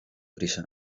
prisa